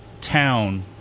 town